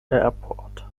airport